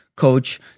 coach